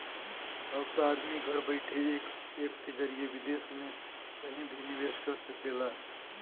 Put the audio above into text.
अब त आदमी घर बइठे एक ऐप के जरिए विदेस मे कहिं भी निवेस कर सकेला